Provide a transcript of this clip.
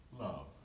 love